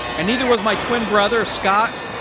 and neither was my twin brother, scott,